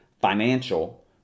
financial